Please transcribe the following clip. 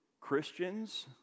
Christians